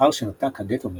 לאחר שנותק הגטו מוורשה,